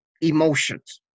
emotions